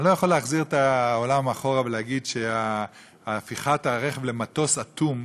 אני לא יכול להחזיר את העולם אחורה ולהגיד שהפיכת הרכב למטוס אטום,